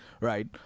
right